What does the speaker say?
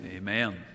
Amen